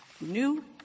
new